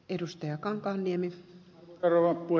arvoisa rouva puhemies